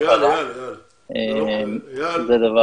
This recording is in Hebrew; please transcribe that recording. זה לא